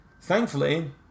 Thankfully